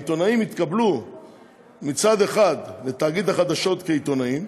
העיתונאים יתקבלו לתאגיד החדשות כעיתונאים,